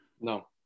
No